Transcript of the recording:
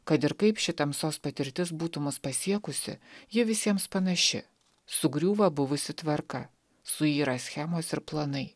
kad ir kaip ši tamsos patirtis būtų mus pasiekusi ji visiems panaši sugriūva buvusi tvarka suyra schemos ir planai